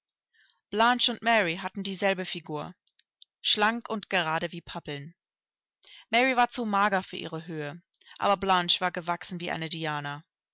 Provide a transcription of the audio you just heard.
und mary hatten dieselbe figur schlank und gerade wie pappeln mary war zu mager für ihre höhe aber blanche war gewachsen wie eine diana